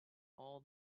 all